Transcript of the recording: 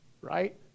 right